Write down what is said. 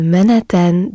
Manhattan